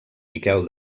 miquel